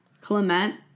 Clement